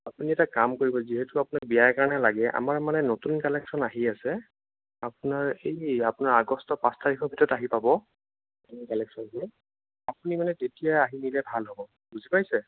আপুনি এটা কাম কৰিব যিহেতু অপোনাক বিয়াৰ কাৰণে লাগে আমাৰ মানে নতুন কালেকচন আহি আছে আপোনাৰ এই আপোনাৰ আগষ্টৰ পাঁচ তাৰিখৰ ভিতৰত আহি পাব নিউ কালেকচনবোৰ আপুনি মানে তেতিয়া আহি দিলে ভাল হ'ব বুজি পাইছে